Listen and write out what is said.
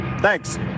Thanks